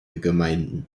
gemeinden